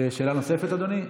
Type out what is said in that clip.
שאלה נוספת, אדוני?